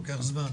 לוקח זמן.